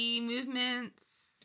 movements